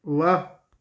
ਵਾਹ